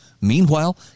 Meanwhile